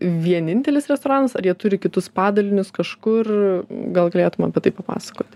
vienintelis restoranas ar jie turi kitus padalinius kažkur gal galėtum apie tai papasakoti